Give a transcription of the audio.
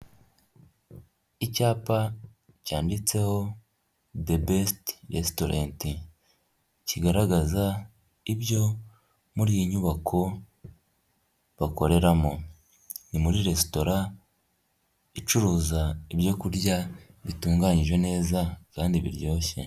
Icyapa cyanditseho debesite resitorenti, kigaragaza ibyo muri iyi nyubako bakoreramo, ni muri resitora icuruza ibyo kurya bitunganyijwe neza kandi biryoshye.